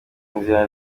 inzara